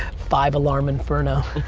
five alarm inferno.